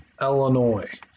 Illinois